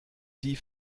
die